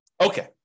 Okay